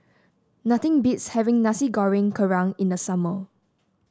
nothing beats having Nasi Goreng Kerang in the summer